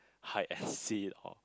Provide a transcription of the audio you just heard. hide and seek or